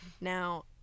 Now